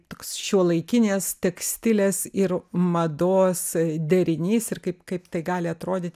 toks šiuolaikinės tekstilės ir mados derinys ir kaip kaip tai gali atrodyt